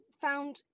found